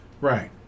Right